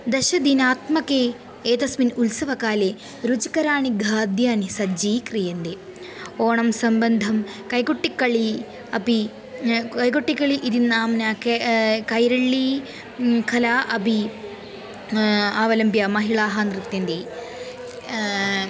दशदिनात्मके एतस्मिन् उल्सवकाले रुचिकराणि खाद्यानि सज्जी क्रियन्ते ओणं सम्बन्धं कैकुट्टिक्ळी अपि कैगुट्टिकलळि इति नाम्ना के कैरळ्ळि कला अपि अवलम्ब्य महिळाः नृत्यन्ति